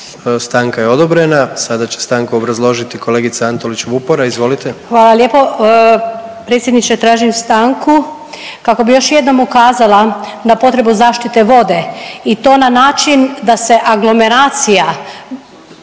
stanka je odobrena. Sada će stanku obrazložiti kolegica Antolić Vupora, izvolite. **Antolić Vupora, Barbara (SDP)** Hvala lijepo, predsjedniče tražim stanku kako bi još jednom ukazala na potrebu zaštite vode i to na način da se aglomeracija